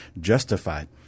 justified